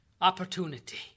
opportunity